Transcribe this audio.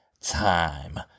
time